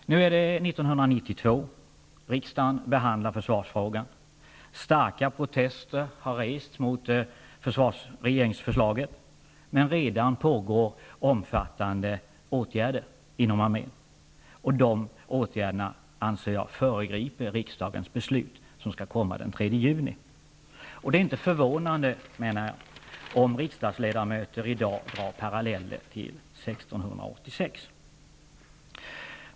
Nu är det 1992. Riksdagen behandlar försvarsfrågan. Starka protester har rests mot regeringsförslaget, men redan pågår omfattande åtgärder inom armén. De åtgärderna anser jag föregriper riksdagens beslut, som skall komma den 3 juni. Det är inte förvånande om riksdagsledamöter i dag drar paralleller till 1686.